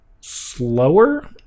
slower